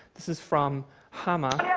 this is from hama.